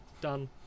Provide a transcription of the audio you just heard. Done